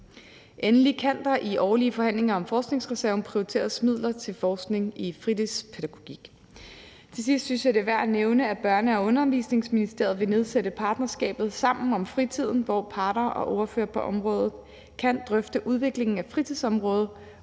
Endelig kan der i årlige forhandlinger om forskningsreserven prioriteres midler til forskning i fritidspædagogik. Til sidst synes jeg, det er værd at nævne, at Børne- og Undervisningsministeriet vil nedsætte partnerskabet Sammen om Fritiden, hvor parter og ordførere på området kan drøfte udviklingen af fritidsområdet,